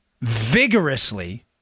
vigorously